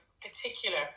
particular